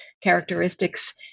characteristics